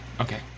okay